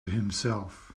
himself